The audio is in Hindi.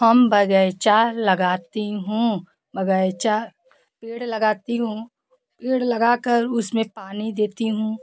हम बग़ीचा लगाती हूँ बग़ीचा पेड़ लगाती हूँ पेड़ लगा कर उसमें पानी देती हूँ